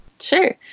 Sure